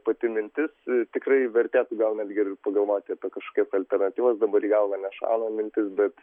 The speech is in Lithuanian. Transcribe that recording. pati mintis tikrai vertėtų gal netgi ir pagalvoti apie kažkokias alternatyvas dabar į gavlą nešauna mintis bet